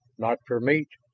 not for meat.